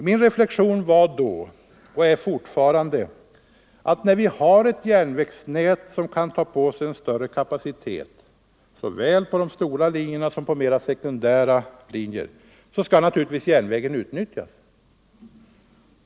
Min reflexion var då — och är fortfarande — att när vi har ett järnvägsnät som kan ta på sig en större kapacitet såväl på de stora linjerna som på mera sekundära linjer skall naturligtvis järnvägen utnyttjas.